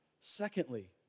Secondly